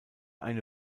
eine